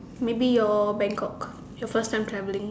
maybe your Bangkok your first time traveling